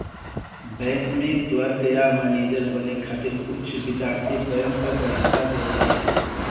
bank में clerk या manager बने खातिर कुछ विद्यार्थी बैंक क परीक्षा देवलन